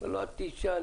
הוא סיפר לו שהוא מיואש,